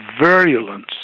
virulence